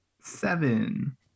Seven